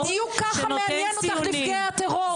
בדיוק ככה מעניינים אותך נפגעי הטרור.